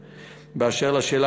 3. באשר לשאלה,